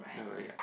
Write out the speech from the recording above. oh really ah